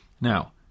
Now